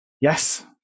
yes